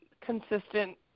consistent